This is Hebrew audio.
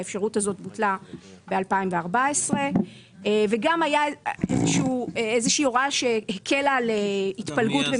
האפשרות הזאת בוטלה בשנת 2014. הייתה איזושהי הוראה שהקלה על התפלגות.